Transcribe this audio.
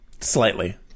Slightly